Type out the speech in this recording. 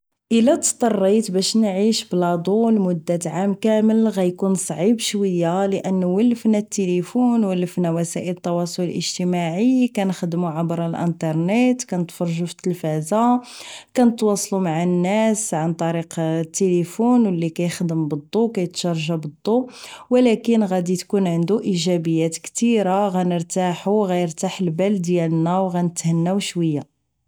الا ضطريت نعيش باش بلا ضو لمدة عام كامل غيكون صعيب شوية لانه ولفنا التلفون و لفنا وسائل التواصل الاجتماعي اكنخدمو عبر الانترنيت كنتفرجو فالتلفازة كنتواصل مع الناس عن طريق التلفون و اللي كيخدم بالضو و كيتشارجا بالضو ولكن غادي تكون عندو ايجابيات كتيرة غنرتاحو غيرتاح البال ديالنا و غنتهناو شوية